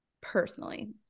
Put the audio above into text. personally